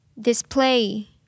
display